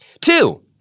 Two